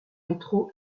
métro